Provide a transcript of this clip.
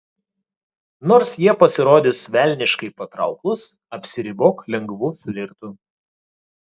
nors jie pasirodys velniškai patrauklūs apsiribok lengvu flirtu